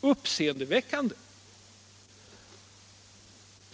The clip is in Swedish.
uppseendeväckande.